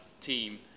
team